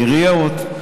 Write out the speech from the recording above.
העיריות,